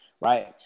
right